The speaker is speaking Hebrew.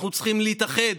אנחנו צריכים להתאחד.